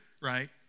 right